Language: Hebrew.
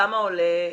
כמה עולה,